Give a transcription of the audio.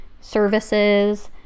services